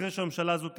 אחרי שהממשלה הזאת תיפול.